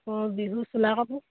অঁ বিহু চোলা কাপোৰ